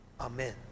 Amen